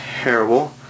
terrible